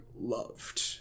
loved